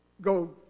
go